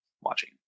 watching